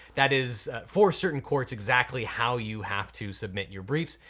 that is, for certain courts exactly how you have to submit your briefs,